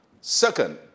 Second